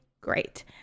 great